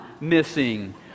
missing